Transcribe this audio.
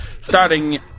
Starting